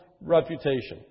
reputation